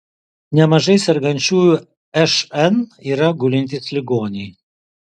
nemažai sergančiųjų šn yra gulintys ligoniai